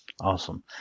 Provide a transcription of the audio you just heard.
Awesome